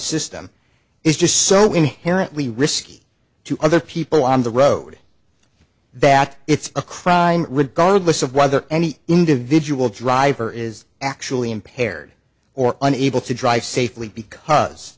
system is just so inherently risky to other people on the road that it's a crime regardless of whether any individual driver is actually impaired or unable to drive safely because